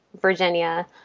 Virginia